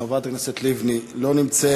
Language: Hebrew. חברת הכנסת לבני, לא נמצאת.